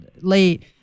late